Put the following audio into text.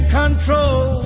control